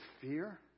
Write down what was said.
fear